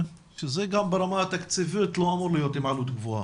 שזה גם ברמה התקציבית לא אמור להיות עם עלות גבוהה.